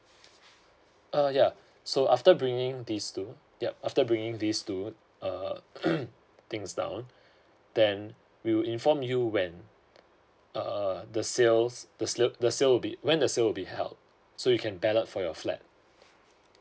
uh yeah so after bringing this two yup after bringing this two um things down then we will inform you when err the sales the sale will be when the sale will be held so you can ballot for your flat